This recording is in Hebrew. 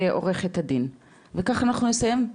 עורכת הדין וכך אנחנו נסיים.